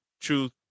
truth